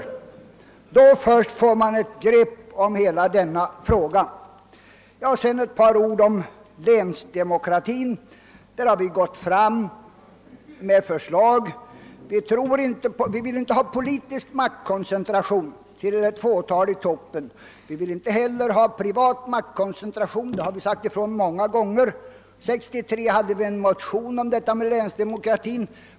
Då först får man ett grepp om hela denna fråga. Sedan ett par ord om länsdemokratin. Där har vi lagt fram förslag. Vi vill inte ha någon politisk maktkoncentration till ett fåtal i toppen. Vi har många gånger sagt ifrån, att vi inte heller vill ha privat maktkoncentration. År 1963 hade vi en motion om länsdemokrati.